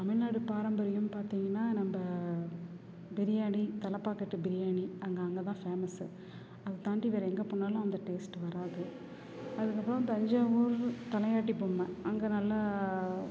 தமிழ்நாடு பாரம்பரியம்னு பார்த்தீங்கன்னா நம்ப பிரியாணி தலைப்பாக்கட்டு பிரியாணி அங்கே அங்கே தான் பேமஸ்ஸு அதை தாண்டி வேறு எங்கே போனாலும் அந்த டேஸ்ட் வராது அதுக்கப்புறோம் தஞ்சாவூர் தலையாட்டி பொம்மை அங்கே நல்லா